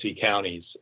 Counties